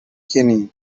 kenny